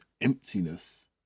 emptiness